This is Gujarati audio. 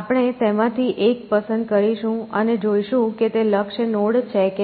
આપણે તેમાંથી એક પસંદ કરીશું અને જોઈશું કે તે લક્ષ્ય નોડ છે કે નહીં